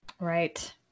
Right